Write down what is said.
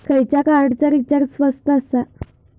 खयच्या कार्डचा रिचार्ज स्वस्त आसा?